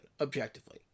objectively